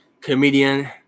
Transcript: comedian